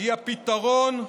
היא הפתרון,